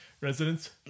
residents